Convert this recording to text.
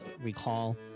recall